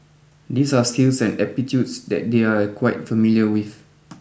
these are skills and that they are quite familiar with